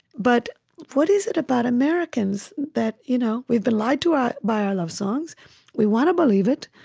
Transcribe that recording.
but what is it about americans that you know we've been lied to ah by our love songs we want to believe it